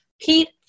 Pete